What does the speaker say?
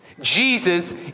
Jesus